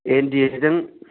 N डि एजों